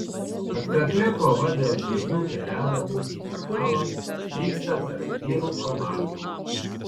atkakli kova dėl dviejų kelialapių į finalą vyksta tarp vyrų komandų